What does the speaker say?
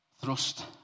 thrust